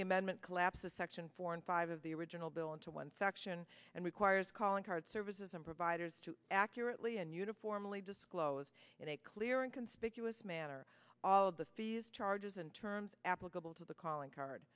the amendment collapses section four and five of the original bill into one section and requires calling card services and providers to accurately and uniformly disclose in a clear and conspicuous manner all of the fees charges and terms applicable to the calling card